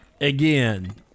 again